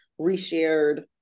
reshared